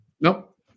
Nope